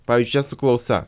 pavyzdžiui čia su klausa